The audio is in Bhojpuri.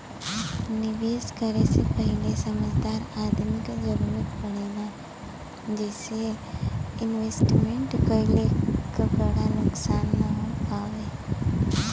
निवेश करे से पहिले समझदार आदमी क जरुरत पड़ेला जइसे इन्वेस्टमेंट कइले क बड़ा नुकसान न हो पावे